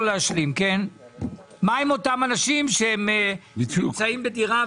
אנשים שנמצאים בדירה,